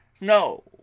no